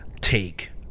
take